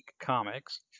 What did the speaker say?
Comics